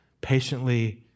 patiently